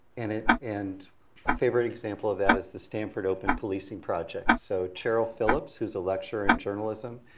and it, and a favorite example of that is the stanford open policing projects. so cheryl philips who's a lecture in journalism.